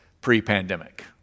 pre-pandemic